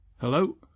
Hello